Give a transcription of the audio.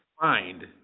find